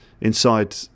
inside